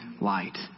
light